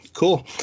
Cool